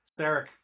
Sarek